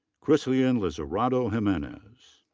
cristhian lizarazo jimenez.